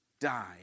died